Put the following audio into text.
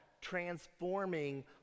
transforming